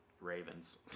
Ravens